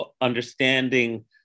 understanding